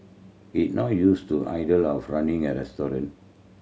he's not used to idea of running a restaurant